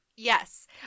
Yes